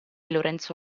lorenzo